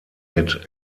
mit